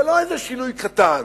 זה לא שינוי קטן.